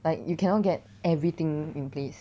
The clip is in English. like you cannot get everything in place